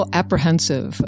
apprehensive